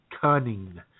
cunning